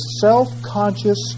self-conscious